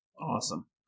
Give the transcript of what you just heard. Awesome